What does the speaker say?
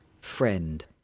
friend